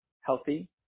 healthy